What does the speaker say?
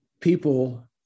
people